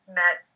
met